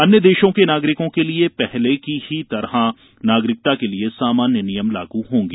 अन्य देशों के नागरिकों के लिए पहले की तरह नागरिकता के लिए सामान्य नियम लागू होंगे